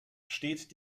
steht